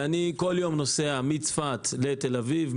כל יום אני נוסע מצפת לתל אביב,